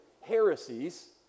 heresies